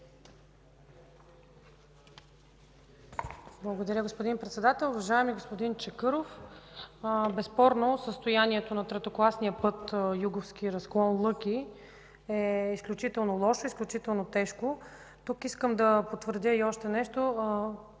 Благодаря, господин Председател. Уважаеми господин Чакъров, безспорно състоянието на третокласния път „Юговски разклон – Лъки” е изключително лошо, изключително тежко. Тук искам да потвърдя и още нещо.